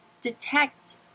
detect